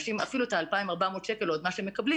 אפילו את ה-2,400 שקל שהם מקבלים